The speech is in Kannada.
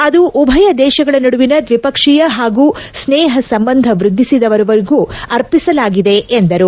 ಅದು ಉಭಯ ದೇಶಗಳ ನಡುವಿನ ದ್ವಿಪಕ್ಷೀಯ ಹಾಗೂ ಸ್ನೇಹ ಸಂಬಂಧ ವೃದ್ದಿಸಿದವರರಿಗೂ ಅರ್ಪಿಸಲಾಗಿದೆ ಎಂದರು